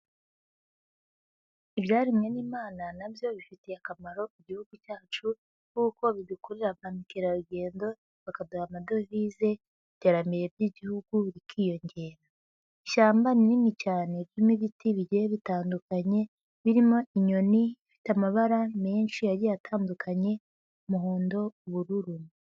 Ibyaremwe n'Imana na byo bifitiye akamaro ku Igihugu cyacu kuko bidukururira ba mukerarugendo bakaduha amadovize, iterambere ry'Igihugu rikiyongera. Ishyamba rinini cyane ririmo ibiti bigiye bitandukanye birimo inyoni ifite amabara menshi agiye atandukanye: umuhondo, ubururu.